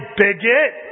bigot